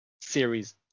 Series